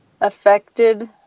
affected